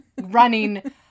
running